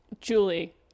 Julie